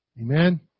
Amen